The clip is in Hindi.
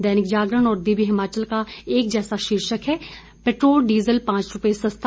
दैनिक जागरण और दिव्य हिमाचल का एक जैसा शीर्षक है पैट्रोल डीजल पांच रूपए सस्ता